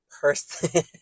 person